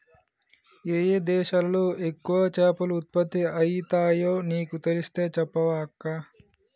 ఏయే దేశాలలో ఎక్కువ చేపలు ఉత్పత్తి అయితాయో నీకు తెలిస్తే చెప్పవ అక్కా